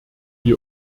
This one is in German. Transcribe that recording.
die